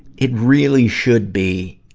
it really should be,